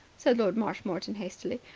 said lord marshmoreton hastily.